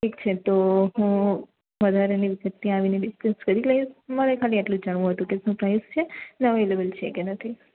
ઠીક છે તો હુ વધારેની વીગત ત્યાં આવીને ડિકસક કરી લઇશ મારે ખાલી એટલું જ જાણવું હતું કે શું પ્રાઈઝ છે અને અવેલેબલ છે કે નથી